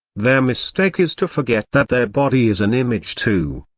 their mistake is to forget that their body is an image too.